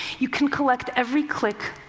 you can collect every click,